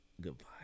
Goodbye